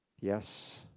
Yes